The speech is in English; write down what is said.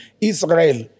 Israel